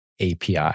API